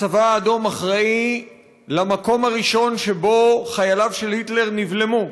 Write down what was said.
הצבא האדום אחראי למקום הראשון שבו חייליו של היטלר נבלמו,